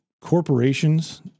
corporations